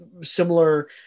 similar